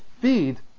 feed